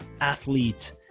athlete